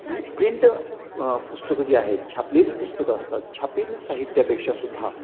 जी print पुस्तकं जी आहेत छापलेली पुस्तकं असतात छापील साहित्यापेक्षा सुद्धा